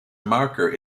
marker